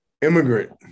Immigrant